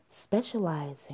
Specializing